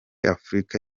afurika